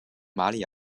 马里